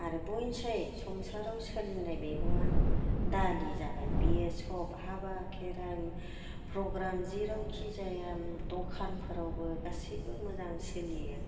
आरो बयनिसाय संसाराव सोलिनाय मैगङानो दालि जाबाय बियो सब हाबा खेराइ प्रग्राम जेरावखि जाया दखानफोरावबो गासिबो मोजां सोलियो